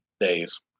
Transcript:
days